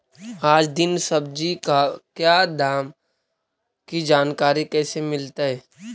आज दीन सब्जी का क्या दाम की जानकारी कैसे मीलतय?